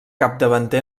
capdavanter